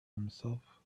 himself